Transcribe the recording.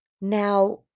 Now